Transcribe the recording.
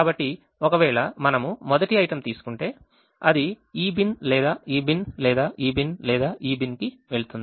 కాబట్టి ఒకవేళ మనము మొదటి item తీసుకుంటే అది ఈ బిన్ లేదా ఈ బిన్ లేదా ఈ బిన్ లేదా ఈ బిన్ కి వెళ్తుంది